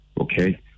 okay